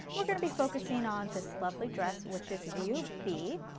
we're going to be focusing on this lovely dress which is view b.